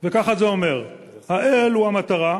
וככה זה אומר: "האל הוא המטרה,